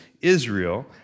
Israel